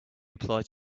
applied